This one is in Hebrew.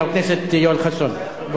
חבר הכנסת יואל חסון.